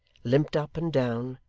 limped up and down,